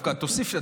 דווקא תוסיף לי.